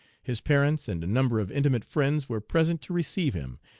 his parents and a number of intimate friends were present to receive him,